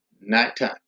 nighttime